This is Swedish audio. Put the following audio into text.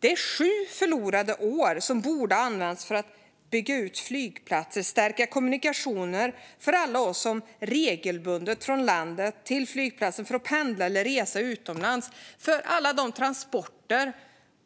Det är sju förlorade år som borde ha använts för att bygga ut flygplatser och stärka kommunikationer för alla oss som regelbundet pendlar eller reser utomlands. Det borde handla om resor, transporter